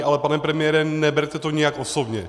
Ale pane premiére, neberte to nijak osobně.